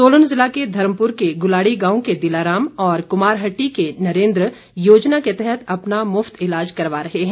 सोलन ज़िला के धर्मपुर के गुलाड़ी गांव के दिलाराम और कुमारहट्टी के नरेन्द्र योजना के तहत अपना मुफ्त ईलाज करवा रहे हैं